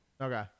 Okay